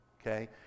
Okay